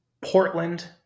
Portland